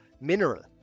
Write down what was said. mineral